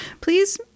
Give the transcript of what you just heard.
please